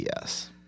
yes